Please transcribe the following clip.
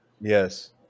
yes